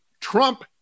Trump